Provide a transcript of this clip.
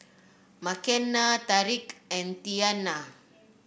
Makenna Tariq and Tianna